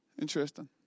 Interesting